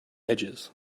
edges